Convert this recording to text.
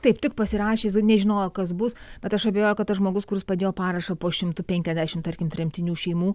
taip tik pasirašė jis nežinojo kas bus bet aš abejoju kad tas žmogus kuris padėjo parašą po šimtu penkiasdešimt tarkim tremtinių šeimų